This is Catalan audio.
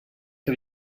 que